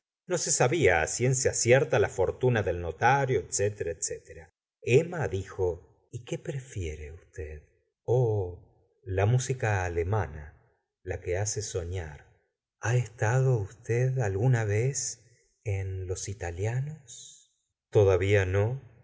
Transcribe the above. no se sabia ciencia cierta la fortuna del notario etc etc emma dijo y qué prefiere usted oh la música alemana la que hace soñar ha estado usted alguna vez en los italianos todavía no